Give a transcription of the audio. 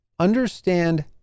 understand